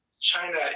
China